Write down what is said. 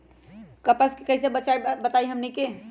कपस से कईसे बचब बताई हमनी के?